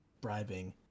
bribing